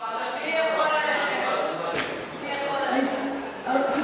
אורי מקלב לסעיף 1 לא נתקבלה.